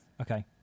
Okay